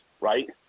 right